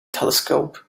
telescope